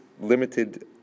limited